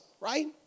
right